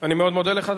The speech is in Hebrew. אני מאוד מודה לך.